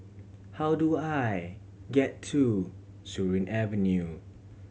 how do I get to Surin Avenue